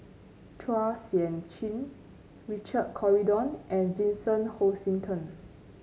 Chua Sian Chin Richard Corridon and Vincent Hoisington